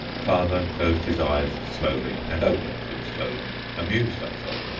father closed his eyes slowly and opened them slowly amused, i thought.